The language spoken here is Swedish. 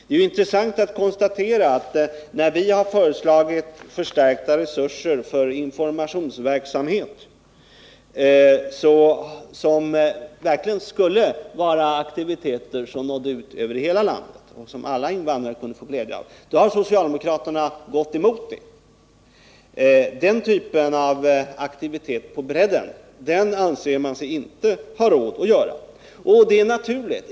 Det är intressant att konstatera att när vi har föreslagit förstärkta resurser för informationsverksamhet, som verkligen skulle vara aktiviteter som nådde ut över hela landet och som alla invandrare kunde få glädje av, har socialdemokraterna gått emot det. Den typen av aktivitet på bredden anser man sig inte ha råd med. Det är naturligt.